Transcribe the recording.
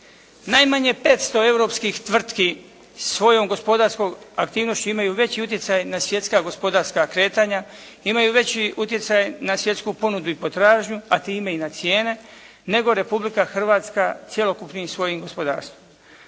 Najmanje 500 europskih tvrtki svojom gospodarskom aktivnošću imaju veći utjecaj na svjetska gospodarska kretanja, imaju veći utjecaj na svjetsku ponudu i potražnju a time i na cijene nego Republika Hrvatska cjelokupnim svojim gospodarstvom.